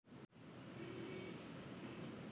गाड़ी यात्री के परिवहन लगी काम आबो हइ